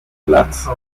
platz